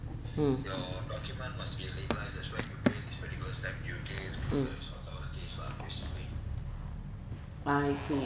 hmm mm I see